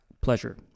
pleasure